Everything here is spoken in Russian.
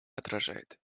отражает